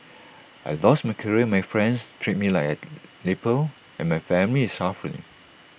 I lost my career my friends treat me like A leper and my family is suffering